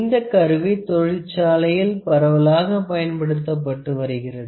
இந்த கருவி தொழிற்சாலையில் பரவலாக பயன்படுத்தப்பட்டு வருகிறது